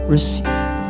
Receive